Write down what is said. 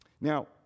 Now